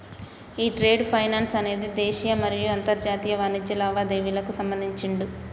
ఈ trade finance అనేది దేశీయ మరియు అంతర్జాతీయ వాణిజ్య లావాదేవీలకు సంబంధించిందట